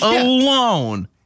alone